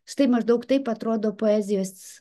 štai maždaug taip atrodo poezijos